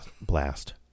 blast